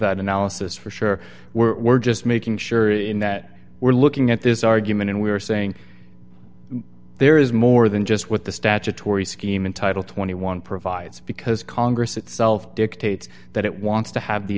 that analysis for sure we're just making sure that we're looking at this argument and we are saying there is more than just what the statutory scheme in title twenty one dollars provides because congress itself dictates that it wants to have the